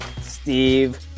Steve